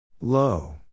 Low